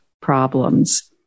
problems